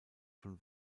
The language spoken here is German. von